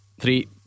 Three